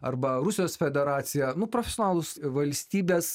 arba rusijos federacija nu profesionalūs valstybės